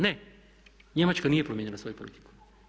Ne, Njemačka nije promijenila svoju politiku.